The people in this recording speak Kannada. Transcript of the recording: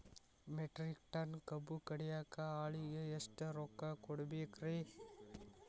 ಮೆಟ್ರಿಕ್ ಟನ್ ಕಬ್ಬು ಕಡಿಯಾಕ ಆಳಿಗೆ ಎಷ್ಟ ರೊಕ್ಕ ಕೊಡಬೇಕ್ರೇ?